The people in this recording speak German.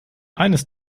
eines